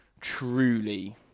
truly